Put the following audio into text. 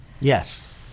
Yes